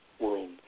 world